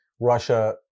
Russia